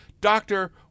Doctor